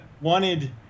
wanted